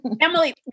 Emily